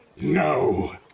No